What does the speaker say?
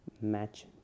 match